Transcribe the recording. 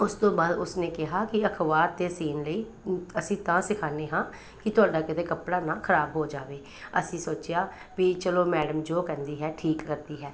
ਉਸ ਤੋਂ ਬਾਅਦ ਉਸ ਨੇ ਕਿਹਾ ਕਿ ਅਖ਼ਬਾਰ 'ਤੇ ਸਿਓਣ ਲਈ ਅਸੀਂ ਤਾਂ ਸਿਖਾਉਂਦੇ ਹਾਂ ਕਿ ਤੁਹਾਡਾ ਕਿਤੇ ਕੱਪੜਾ ਨਾ ਖ਼ਰਾਬ ਹੋ ਜਾਵੇ ਅਸੀਂ ਸੋਚਿਆ ਵੀ ਚਲੋ ਮੈਡਮ ਜੋ ਕਹਿੰਦੀ ਹੈ ਠੀਕ ਕਰਦੀ ਹੈ